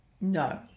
No